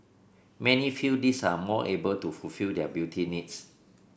many feel these are more able to fulfil their beauty needs